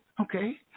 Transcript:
okay